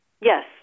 Yes